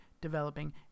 developing